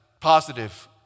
positive